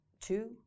two